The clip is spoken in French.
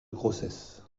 grossesse